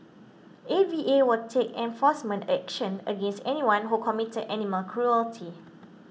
A V A will take enforcement action against anyone who committed animal cruelty